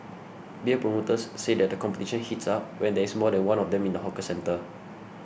beer promoters say that the competition heats up when there is more than one of them in the hawker centre